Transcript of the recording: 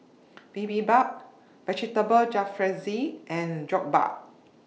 Bibimbap Vegetable Jalfrezi and Jokbal